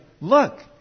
Look